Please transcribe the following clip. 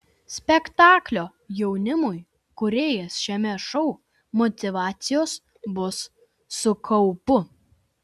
spektaklio jaunimui kūrėjas šiame šou motyvacijos bus su kaupu